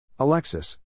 Alexis